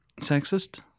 Sexist